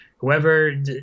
Whoever